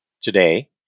today